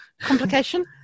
complication